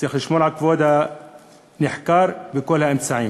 צריך לשמור על כבוד הנחקר בכל האמצעים.